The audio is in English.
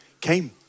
came